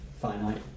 finite